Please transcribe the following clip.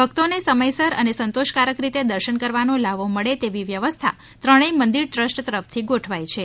ભક્તોને સમયસર અને સંતોષ કારક રીતે દર્શન કરવાનો લહાવો મળે તેવી વ્યવ્સ્થા ત્રણેય મંદિર ટ્રસ્ટ તરફ થી ગોઠવાઈ છે